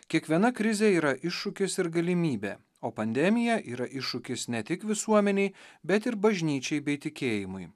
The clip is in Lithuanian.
kiekviena krizė yra iššūkis ir galimybė o pandemija yra iššūkis ne tik visuomenei bet ir bažnyčiai bei tikėjimui